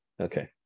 Okay